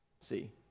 See